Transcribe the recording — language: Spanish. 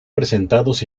presentados